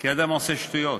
אדם עושה שטויות.